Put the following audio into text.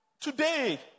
today